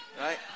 right